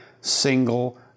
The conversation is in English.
single